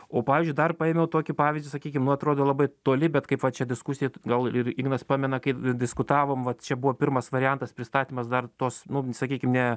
o pavyzdžiui dar paėmiau tokį pavyzdį sakykim nu atrodo labai toli bet kaip va čia diskusijoj gal ir ignas pamena kai diskutavom vat čia buvo pirmas variantas pristatymas dar tos nu sakykim ne